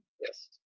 Yes